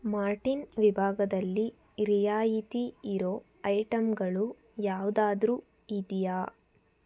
Martin ವಿಭಾಗದಲ್ಲಿ ರಿಯಾಯಿತಿ ಇರೋ ಐಟಮ್ಗಳು ಯಾವುದಾದ್ರೂ ಇದೆಯಾ